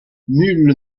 nulle